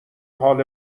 حال